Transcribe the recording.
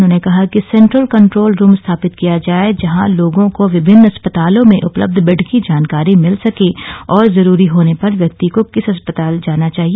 उन्होंने कहा कि सेंट्रल कंट्रोल रूम स्थापित किया जाये जहां लोगों को विभिन्न अस्पतालों में उपलब्ध बेड की जानकारी मिल सके और जरूरी होने पर व्यक्ति को किस अस्पताल जाना चाहिए